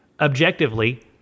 objectively